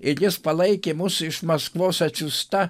ir jis palaikė mus iš maskvos atsiųsta